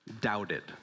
doubted